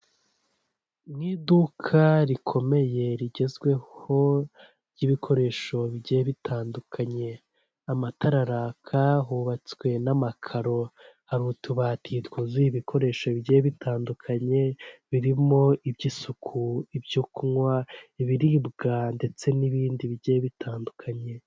Ivuriro rikuru ry'intara y'amajyepfo ryitwa Sehashibe imbere yaryo hari ubusitani harimo imodoka isa umukara ndetse hari indabo harasa neza hasize n'amarange asa umuhondo.